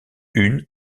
une